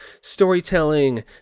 storytelling